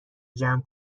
جمع